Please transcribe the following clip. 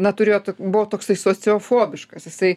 na turėjo t buvo toksai sociofobiškas jisai